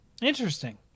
interesting